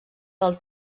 del